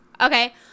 Okay